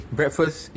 Breakfast